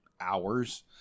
hours